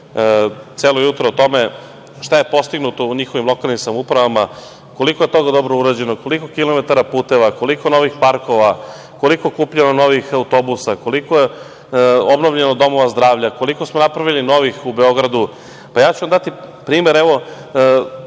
celo jutro o tome šta je postignuto u njihovim lokalnim samoupravama, koliko je toga dobro urađeno, koliko kilometara puteva, koliko novih parkova, koliko je kupljeno novih autobusa, koliko je obnovljeno domova zdravlja, koliko smo napravili novih u Beogradu. Ja ću vam dati primer. Svi